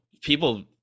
people